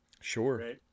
Sure